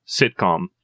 sitcom